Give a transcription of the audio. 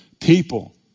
people